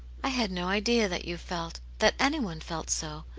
i had no idea that you felt that anyone felt so,